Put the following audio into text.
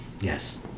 Yes